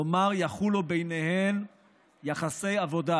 כלומר יחולו ביניהם יחסי עבודה.